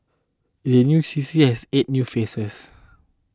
the new C C has eight new faces